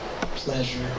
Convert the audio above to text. pleasure